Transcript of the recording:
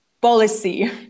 policy